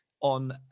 on